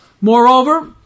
Moreover